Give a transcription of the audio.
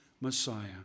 Messiah